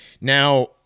Now